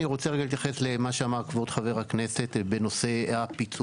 אני רוצה רגע להתייחס למה שאמר כבוד חבר הכנסת בנושא הפיצול.